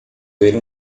ver